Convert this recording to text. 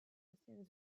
ancienne